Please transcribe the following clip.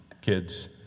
Kids